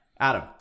Adam